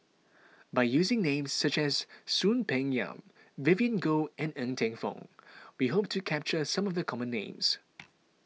by using names such as Soon Peng Yam Vivien Goh and Ng Teng Fong we hope to capture some of the common names